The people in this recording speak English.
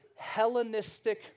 Hellenistic